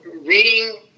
reading